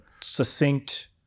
succinct